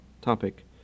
topic